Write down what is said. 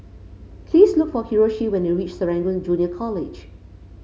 please look for Hiroshi when you reach Serangoon Junior College